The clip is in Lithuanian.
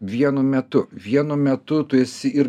vienu metu vienu metu tu esi ir